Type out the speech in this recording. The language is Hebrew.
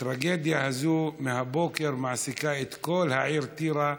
הטרגדיה הזאת מהבוקר מעסיקה את כל העיר טירה.